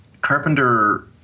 Carpenter